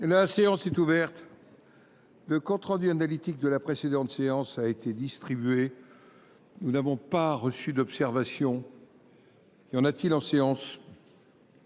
La séance est ouverte. Le compte rendu analytique de la précédente séance a été distribué. Nous n'avons pas reçu d'observation. Y en a-t-il en séance ?